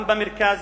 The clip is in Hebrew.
גם במרכז